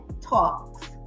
Talks